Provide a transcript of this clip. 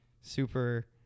super